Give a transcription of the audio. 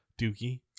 Dookie